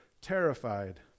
terrified